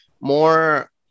more